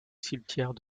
cimetière